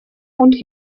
und